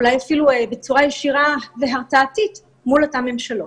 ואולי אפילו בצורה ישירה והרתעתית מול אותן ממשלות.